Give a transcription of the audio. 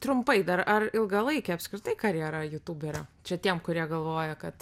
trumpai dar ar ilgalaikė apskritai karjera jutuberio čia tiem kurie galvoja kad